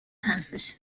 panthers